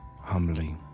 humbly